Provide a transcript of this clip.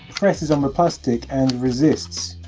presses on the plastic and resists,